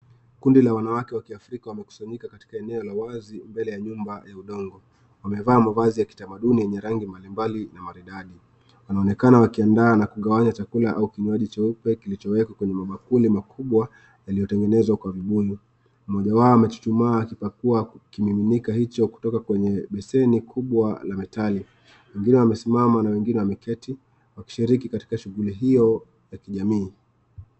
Kundi la wanawake wa kiafrika wamekusanyika katika eneo la wazi, mbele ya nyumba ya udongo. Wamevaa mavazi ya kitamaduni yenye rangi mbali mbali na maridadi. Wanaonekana wakiandaa na kugawanya chakula au kinywaji cheupe kilichowekwa kwenye mabakuli makubwa yaliyotengenezwa kwa vibuyu. Mmoja wao amechuchumaa akipakua kimiminikoo hicho kutoka kwenye beseni kubwa la metali. Wengine wamesimama na wengnine wameketi wakishiriki katika shughuli hiyo ya kijamii.